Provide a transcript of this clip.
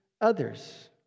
others